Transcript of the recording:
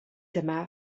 dyma